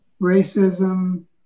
racism